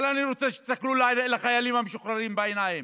אבל אני רוצה שתסתכלו לחיילים המשוחררים בעיניים,